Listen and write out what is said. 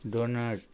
doughnut